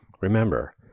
Remember